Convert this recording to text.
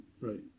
Right